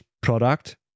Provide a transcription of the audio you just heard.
product